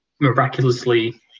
miraculously